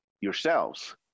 yourselves